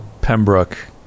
Pembroke